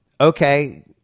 okay